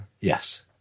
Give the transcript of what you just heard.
Yes